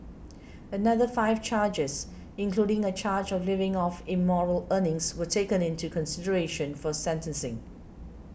another five charges including a charge of living off immoral earnings were taken into consideration for sentencing